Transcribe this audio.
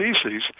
species